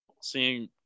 seeing